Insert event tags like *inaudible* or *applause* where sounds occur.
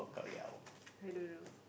*breath* I don't know